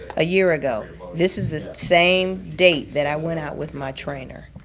a year ago. this is this same date that i went out with my trainer.